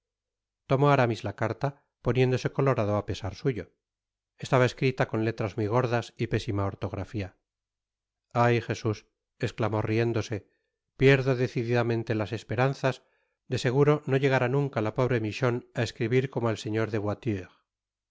tomó aramis la carta poniéndose colorado á pesar suyo estaba escrita con letras muy gordas y pésima ortografía a y jesús esclamó riéndose pierdo decididamente las esperanzas de seguro no llegará nunca la pobre michon á escribir como el señor de